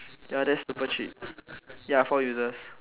ya that's super cheap ya four users